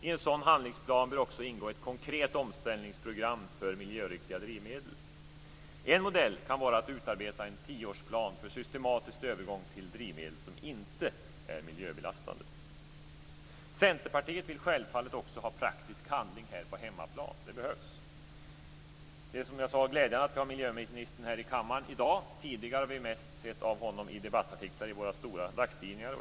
I en sådan handlingsplan bör också ingå ett konkret omställningsprogram för miljöriktiga drivmedel. En modell kan vara att utarbeta en tioårsplan för systematisk övergång till drivmedel som inte är miljöbelastande. Centerpartiet vill självfallet också ha praktisk handling här på hemmaplan. Det behövs. Det är, som jag sade, glädjande att vi har miljöministern här i kammaren i dag. Tidigare har vi mest sett av honom i debattartiklar i våra stora dagstidningar.